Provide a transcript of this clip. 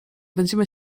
będziemy